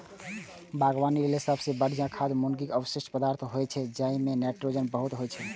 बागवानी लेल सबसं बढ़िया खाद मुर्गीक अवशिष्ट पदार्थ होइ छै, जइमे नाइट्रोजन बहुत होइ छै